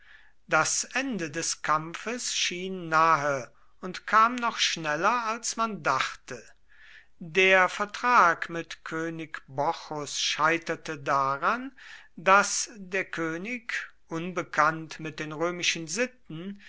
das ende des kampfes schien nahe und kam noch schneller als man dachte der vertrag mit könig bocchus scheiterte daran daß der könig unbekannt mit den römischen sitten